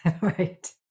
Right